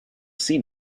seen